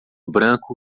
branco